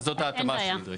אז זאת ההתאמה שנדרשת.